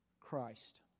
Christ